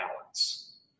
balance